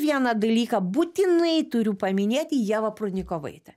vieną dalyką būtinai turiu paminėti ievą prudnikovaitę